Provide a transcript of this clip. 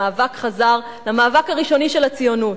המאבק חזר למאבק הראשוני של הציונות.